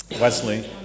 Wesley